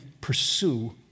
pursue